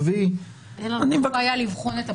אין לנו בעיה לבחון את הבקשה.